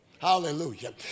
Hallelujah